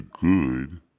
good